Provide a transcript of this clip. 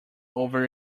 over